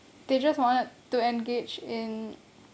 they just want to engage in